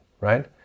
right